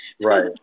Right